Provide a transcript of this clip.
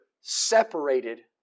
separated